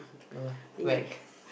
no lah like